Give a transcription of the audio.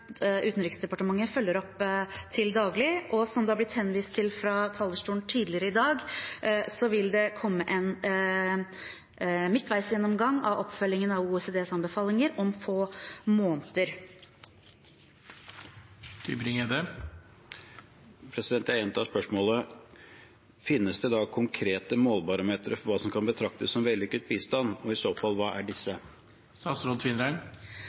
Utenriksdepartementet følger opp til daglig. Som det er blitt henvist til fra talerstolen tidligere i dag, vil det komme en midtveisgjennomgang av oppfølgingen av OECDs anbefalinger om få måneder. Jeg gjentar spørsmålet: Finnes det i dag konkrete målebarometer for hva som kan betraktes som vellykket bistand, og hva er i så fall